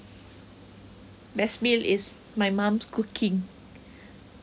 best meal is my mum's cooking